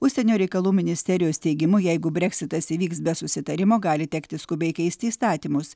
užsienio reikalų ministerijos teigimu jeigu breksitas įvyks be susitarimo gali tekti skubiai keisti įstatymus